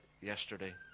yesterday